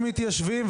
מתיישבים?